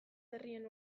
herrien